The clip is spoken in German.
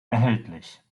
erhältlich